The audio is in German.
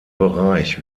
bereich